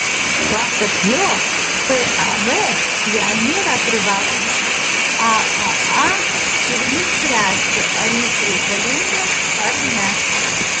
pasak jo pav jai nėra privalomas aaa turi nuspręsti ar jis reikalingas ar ne